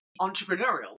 entrepreneurial